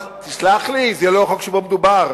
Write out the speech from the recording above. אבל תסלח לי, זה לא החוק שבו מדובר.